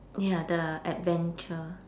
ya the adventure